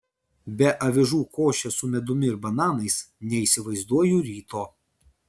be avižų košės su medumi ir bananais neįsivaizduoju ryto